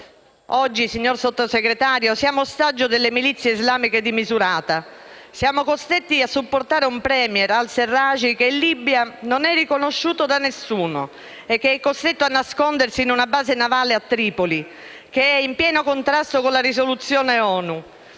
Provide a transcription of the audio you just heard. Oggi, signor Sottosegretario, siamo ostaggio delle milizie islamiche di Misurata, siamo costretti a supportare un *Premier*, al-Sarraj, che in Libia non è riconosciuto da nessuno ed è costretto a nascondersi in una base navale a Tripoli, in pieno contrasto con la risoluzione ONU,